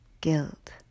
guilt